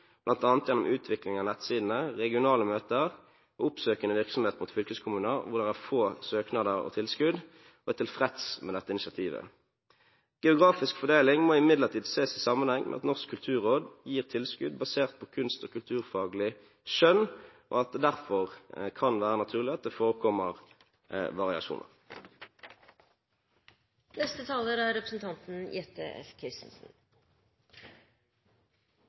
gjennom utvikling av nettsidene, regionale møter og oppsøkende virksomhet mot fylkeskommuner hvor det er få søknader og tilskudd, og er tilfreds med dette initiativet. Geografisk fordeling må imidlertid ses i sammenheng med at Norsk kulturråd gir tilskudd basert på kunst- og kulturfaglig skjønn, og at det derfor kan være naturlig at det